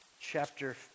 Chapter